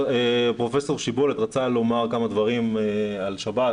פרופ' שבלת רצה לומר כמה דברים על שב"ס,